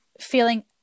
feeling